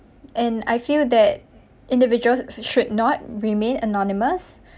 and I feel that individuals should not remain anonymous